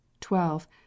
twelve